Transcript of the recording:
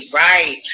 right